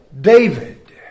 David